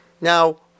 Now